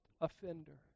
offender